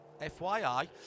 fyi